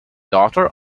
daughter